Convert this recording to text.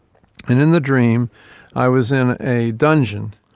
and in the dream i was in a dungeon,